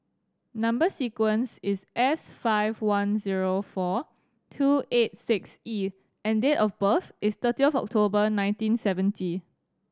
number sequence is S five one zero four two eight six E and date of birth is thirty of October nineteen seventy